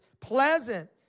pleasant